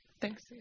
Thanks